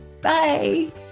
bye